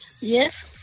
Yes